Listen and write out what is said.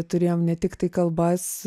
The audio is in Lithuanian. turėjom ne tiktai kalbas